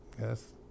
yes